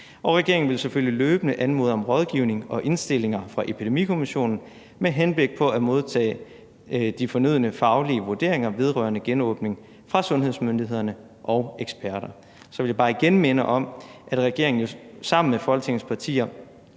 regeringen vil selvfølgelig løbende anmode om rådgivning og indstillinger fra Epidemikommissionen med henblik på at modtage de fornødne faglige vurderinger vedrørende genåbning fra sundhedsmyndighederne og eksperterne. Så vil jeg bare igen minde om, at regeringen jo sammen med Folketingets partier